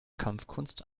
kampfkunst